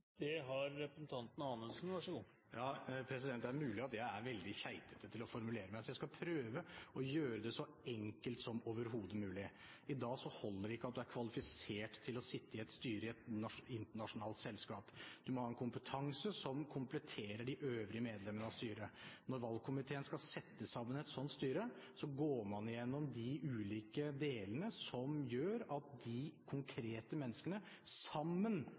Det er mulig at jeg er veldig keitete til å formulere meg, så jeg skal prøve å gjøre det så enkelt som overhodet mulig. I dag holder det ikke at du er kvalifisert til å sitte i et styre i et internasjonalt selskap. Du må ha en kompetanse som kompletterer de øvrige medlemmene av styret. Når valgkomiteen skal sette sammen et sånt styre, går man igjennom de ulike delene som gjør at de konkrete menneskene – sammen